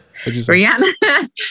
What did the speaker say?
Rihanna